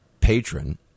patron